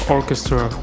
Orchestra